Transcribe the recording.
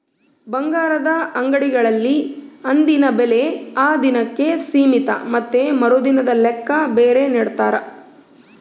ಬಂಗಾರದ ಅಂಗಡಿಗಳಲ್ಲಿ ಅಂದಿನ ಬೆಲೆ ಆ ದಿನಕ್ಕೆ ಸೀಮಿತ ಮತ್ತೆ ಮರುದಿನದ ಲೆಕ್ಕ ಬೇರೆ ನಿಡ್ತಾರ